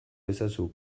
ezazu